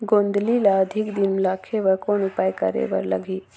गोंदली ल अधिक दिन राखे बर कौन उपाय करे बर लगही?